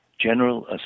General